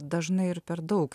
dažnai ir per daug